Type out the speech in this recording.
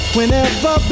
Whenever